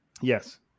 yes